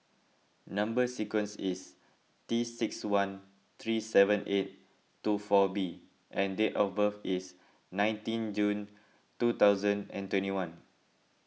Number Sequence is T six one three seven eight two four B and date of birth is nineteen June two thousand and twenty one